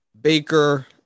baker